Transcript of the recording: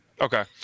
Okay